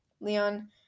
Leon